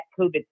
COVID